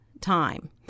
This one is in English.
time